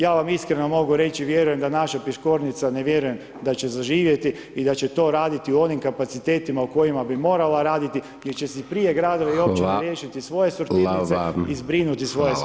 Ja vam iskreno mogu reći, vjerujem da naša Piškornica, ne vjerujem da će zaživjeti i da će to raditi u onim kapacitetima u kojima bi morala raditi gdje će si prije gradovi i općine [[Upadica: Hvala vam.]] riješiti svoje sortirnice i zbrinuti svoje smeće.